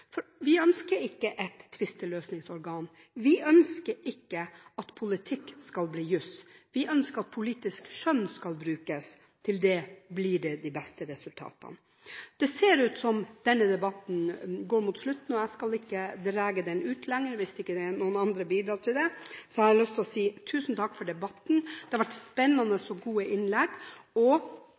Vi ønsker ikke et tvisteløsningsorgan. Vi ønsker ikke at politikk skal bli juss, vi ønsker at politisk skjønn skal brukes – av det blir det de beste resultatene. Det ser ut som denne debatten går mot slutten, og jeg skal ikke dra den ut lenger – hvis ikke noen andre bidrar til det – så jeg har lyst til å si tusen takk for debatten. Det har vært spennende og gode innlegg, og